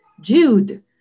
Jude